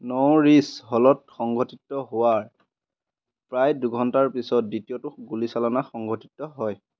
ন'ৰিছ হলত সংঘটিত হোৱাৰ প্ৰায় দুঘণ্টা পিছত দ্বিতীয়টো গুলীচালনা সংঘটিত হয়